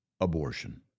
abortion